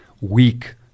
weak